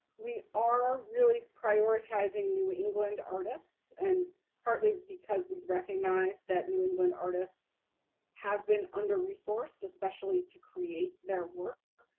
we are really prioritizing new england artists. and partly because we recognize that new england artists have been under-resourced, especially to create their work.